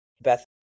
Beth